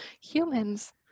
humans